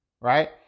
right